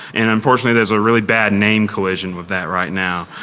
and unfortunately, there's a really bad name collision with that right now.